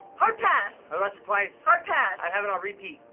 hard pass. i'd watch it twice. hard pass. i'd have it on repeat.